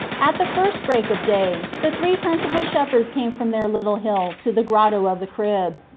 at the first break of day the three principal shep herds came from their little hill to the grotto of the crib,